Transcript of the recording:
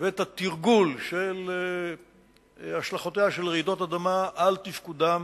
ואת השלכותיהן של רעידות אדמה על תפקודם